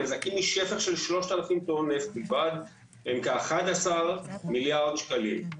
הנזקים משפך של 3,000 טון נפט בלבד הם כ-11 מיליארד שקלים,